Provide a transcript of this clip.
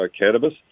cannabis